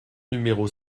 numéro